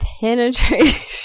Penetration